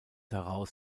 heraus